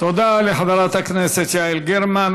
תודה לחברת הכנסת יעל גרמן.